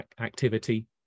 activity